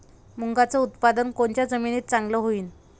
मुंगाचं उत्पादन कोनच्या जमीनीत चांगलं होईन?